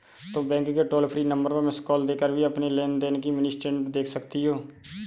तुम बैंक के toll free number पर मिस्ड कॉल देकर भी अपनी लेन देन की मिनी स्टेटमेंट देख सकती हो